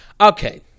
okay